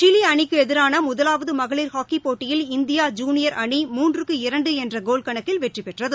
Chile அணிக்கு எதிரான முதலாவது மகளிர் ஹாக்கிப் போட்டியில் இந்தியா ஜூனியர் அணி மூன்றுக்கு இரண்டு என்ற கோல் கணக்கில் வெற்றிபெற்றது